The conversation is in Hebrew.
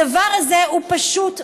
הדבר הזה הוא פשוט מזעזע.